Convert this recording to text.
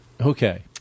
Okay